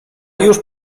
już